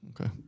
Okay